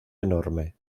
enorme